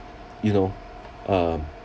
you know um